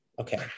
okay